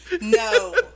No